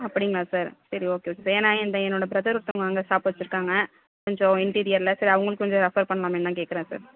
அப்படிங்களா சார் சரி okay okay ஏன்னா என்டே என்னோட பிரதர் ஒருத்தவங்க அங்கே ஷாப் வச்சிருக்காங்க கொஞ்சம் இன்டீரியரில் சரி அவங்களுக் கொஞ்சம் ரெஃபர் பண்ணலாமே தான் கேட்குறேன் சார்